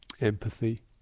empathy